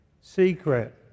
secret